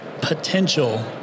potential